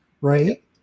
right